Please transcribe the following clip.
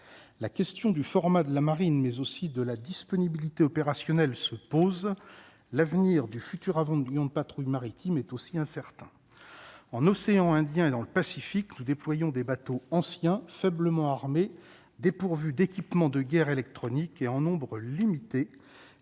la question du format de la marine, mais aussi de la disponibilité opérationnelle se pose l'avenir du futur avant d'union de patrouille maritime est aussi incertain en océan Indien et dans le Pacifique, nous déployons des bateaux anciens faiblement armés dépourvus d'équipements de guerre électronique et en nombre limité,